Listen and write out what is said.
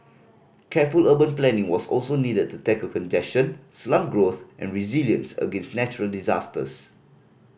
careful urban planning was also needed to tackle congestion slum growth and resilience against natural disasters